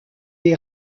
est